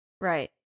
Right